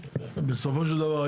בסופו של דבר,